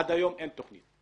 עד היום אין תוכנית,